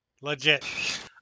Legit